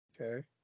Okay